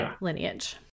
lineage